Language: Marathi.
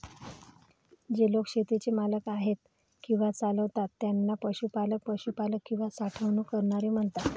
जे लोक शेतीचे मालक आहेत किंवा चालवतात त्यांना पशुपालक, पशुपालक किंवा साठवणूक करणारे म्हणतात